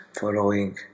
following